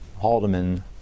Haldeman